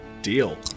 Deal